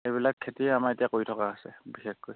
এইবিলাক খেতি আমাৰ এতিয়া কৰি থকা আছে বিশেষকৈ